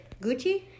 Gucci